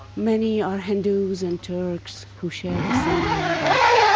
many are hindus and turks who share the same language.